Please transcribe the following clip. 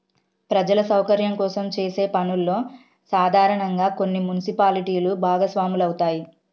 ప్రజల సౌకర్యం కోసం చేసే పనుల్లో సాధారనంగా కొన్ని మున్సిపాలిటీలు భాగస్వాములవుతాయి